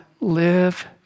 live